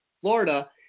Florida